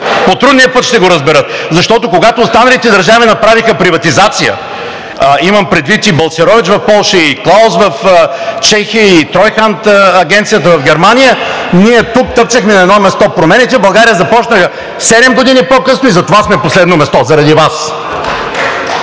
По трудния път ще го разберат! Защото, когато останалите държави направиха приватизация – имам предвид и Балцерович в Полша, и Клаус в Чехия, и „Тройханд“ агенцията в Германия, ние тук тъпчехме на едно място. Промените в България започнаха седем години по късно и затова сме на последно място – заради Вас.